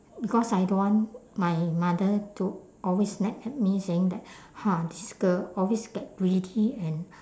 because I don't want my mother to always nag at me saying that ha this girl always get greedy and